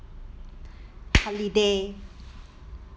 holiday